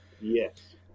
yes